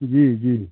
जी जी